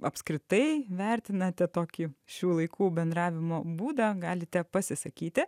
apskritai vertinate tokį šių laikų bendravimo būdą galite pasisakyti